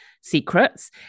secrets